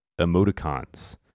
emoticons